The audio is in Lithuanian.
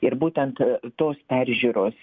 ir būtent tos peržiūros